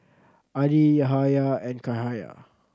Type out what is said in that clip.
Adi Yahaya and Cahaya